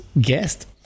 guest